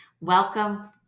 Welcome